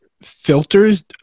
filters